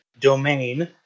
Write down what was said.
domain